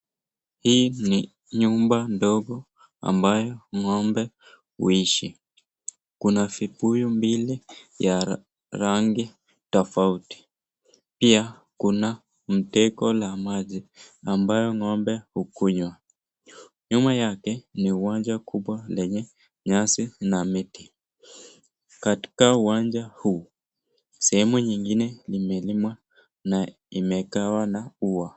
Hii ni nyumba ndogo ambayo ng'ombe huishi. Kuna vipuyu mbili ya rangi tofauti. Pia kuna mtego la maji ambayo ng'ombe hukunywa. Nyuma yake ni uwanja kubwa lenye nyasi na miti. Katika uwanja huu, sehemu nyingine limelimwa na imegawa na ua.